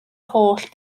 holl